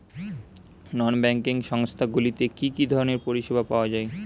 নন banking সংস্থা গুলিতে কি কি ধরনের পরিসেবা পাওয়া য়ায়?